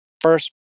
first